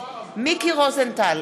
מיקי רוזנטל,